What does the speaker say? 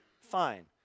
Fine